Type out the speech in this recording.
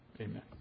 Amen